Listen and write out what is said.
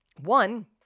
one